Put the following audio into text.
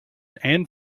and